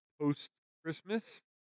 post-Christmas